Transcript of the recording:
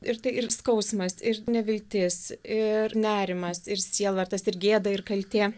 ir tai ir skausmas ir neviltis ir nerimas ir sielvartas ir gėda ir kaltė